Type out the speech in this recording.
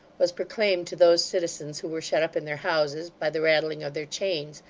was proclaimed to those citizens who were shut up in their houses, by the rattling of their chains,